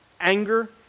anger